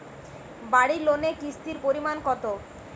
বাড়ি লোনে কিস্তির পরিমাণ কত?